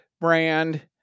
brand